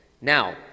Now